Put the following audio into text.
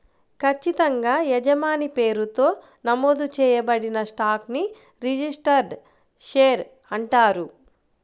ఖచ్చితంగా యజమాని పేరుతో నమోదు చేయబడిన స్టాక్ ని రిజిస్టర్డ్ షేర్ అంటారు